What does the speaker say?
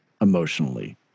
emotionally